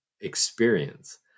experience